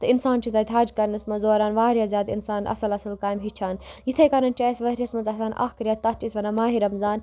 تہٕ اِنسان چھُ تَتہِ حج کَرنَس منٛز دوران واریاہ زیادٕ اِنسان اَصٕل اَصٕل کامہِ ہیٚچھان یِتھَے کَنۍ چھِ اَسہِ ؤریَس منٛز آسان اَکھ رٮ۪تھ تَتھ چھِ أسۍ وَنان ماہِ رمضان